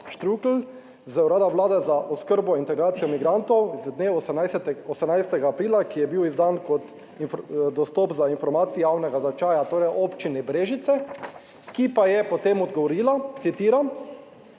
Štrukelj z Urada Vlade za oskrbo in integracijo migrantov z dne, 18. 18. aprila, ki je bil izdan kot dostop do informacij javnega značaja torej Občine Brežice, ki pa je potem odgovorila, citiram":